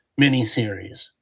miniseries